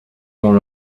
dans